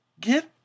Get